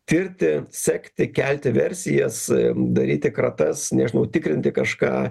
tirti sekti kelti versijas daryti kratas nežinau tikrinti kažką